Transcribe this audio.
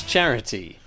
Charity